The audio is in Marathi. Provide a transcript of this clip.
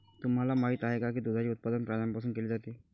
तुम्हाला माहित आहे का की दुधाचे उत्पादन प्राण्यांपासून केले जाते?